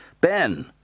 Ben